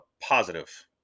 positive